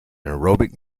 aerobic